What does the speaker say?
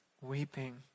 Weeping